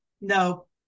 no